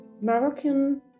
Moroccan